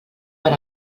per